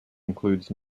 includes